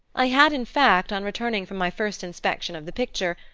i had, in fact, on returning from my first inspection of the picture,